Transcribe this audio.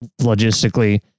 logistically